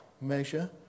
measure